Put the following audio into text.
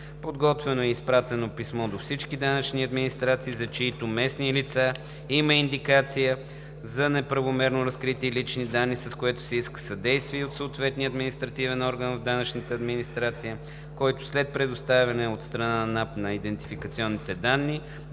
Подготвено е и е изпратено писмо до всички данъчни администрации, за чиито местни лица има индикация за неправомерно разкрити лични данни, с което се иска съдействие от съответния административен орган в данъчната администрация, който след предоставяне от страна на НАП на идентификационните данни,